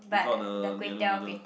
without the yellow noodle